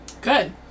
Good